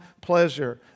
pleasure